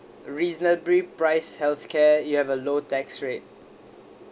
reasonably priced healthcare you have a low tax rate